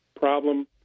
problem